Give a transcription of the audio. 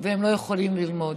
והם לא יכולים ללמוד.